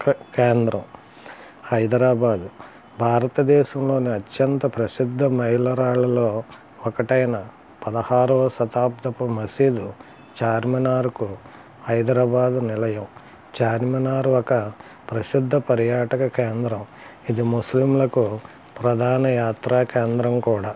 cut కేంద్రం హైదరాబాద్ భారతదేశంలోని అత్యంత ప్రసిద్ధ మైలు రాళ్లలో ఒకటైన పదహారవ శతాబ్దపు మసీదు చార్మినార్కు హైదరాబాదు నిలయం చార్మినార్ ఒక ప్రసిద్ధ పర్యాటక కేంద్రం ఇది ముస్లిములకు ప్రధాన యాత్రా కేంద్రం కూడా